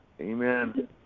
Amen